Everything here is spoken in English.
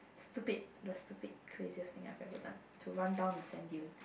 stupid the stupid craziest thing I have ever done to run down the sand